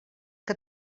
que